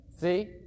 See